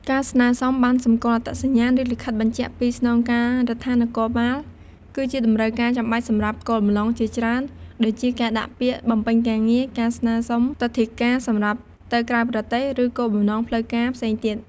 ការស្នើសុំ ប័ណ្ណសម្គាល់អត្តសញ្ញាណ ឬលិខិតបញ្ជាក់ពីស្នងការដ្ឋាននគរបាល គឺជាតម្រូវការចាំបាច់សម្រាប់គោលបំណងជាច្រើន ដូចជាការដាក់ពាក្យបំពេញការងារ ការស្នើសុំទិដ្ឋាការ សម្រាប់ទៅក្រៅប្រទេស ឬគោលបំណងផ្លូវការផ្សេងទៀត។